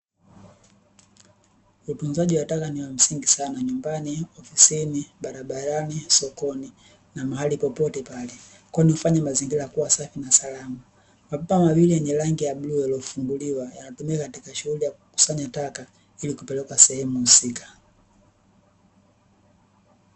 Utunzaji wa taka ni wa msingi sana nyumbani, ofisini, barabarani, sokoni na mahali popote pale kwani hufanya mazingira kuwa safi na salama. Mapipa mawili yenye rangi ya bluu yaliyofungwa yanatumika katika shughuli ya kukusanya taka ili kupeleka sehemu husika.